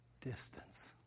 distance